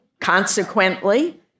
consequently